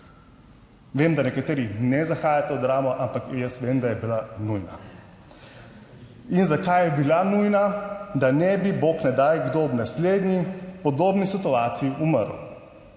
Vem, da nekateri ne zahajate v Dramo, ampak jaz vem, da je bila nujna. In zakaj je bila nujna? Da ne bi, bog ne daj, kdo v naslednji podobni situaciji umrl.